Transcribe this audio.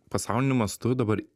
pasauliniu mastu dabar